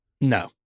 No